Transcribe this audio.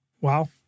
Wow